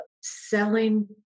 selling